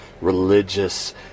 religious